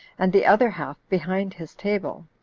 and the other half behind his table,